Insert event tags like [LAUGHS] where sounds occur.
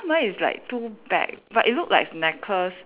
[LAUGHS] mine is like two bag but it look like necklace